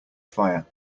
fire